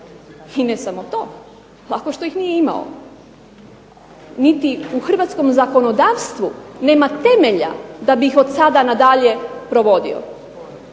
I ne samo to, lako što ih nije imao, niti u hrvatskom zakonodavstvu nema temelja da bi ih od sada pa na dalje provodio.